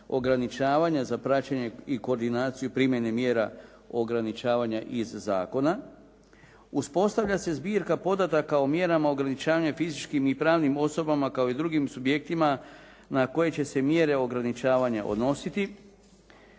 ograničavanja za praćenje i koordinaciju primjene mjera ograničavanja iz zakona, uspostavlja se zbirka podataka o mjerama ograničavanja fizičkim i pravnim osobama kao i drugim subjektima na koje će se mjere ograničavanja odnositi,